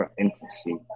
infancy